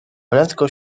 prędko